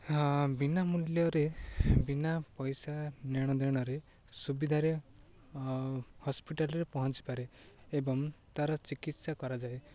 ହଁ ବିନା ମୂଲ୍ୟରେ ବିନା ପଇସା ନେଣ ଦେଣରେ ସୁବିଧାରେ ହସ୍ପିଟାଲରେ ପହଞ୍ଚିପାରେ ଏବଂ ତା'ର ଚିକିତ୍ସା କରାଯାଏ